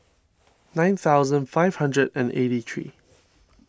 nine thousand five hundred and eighty three